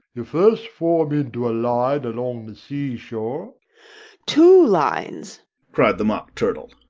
you first form into a line along the sea-shore two lines cried the mock turtle.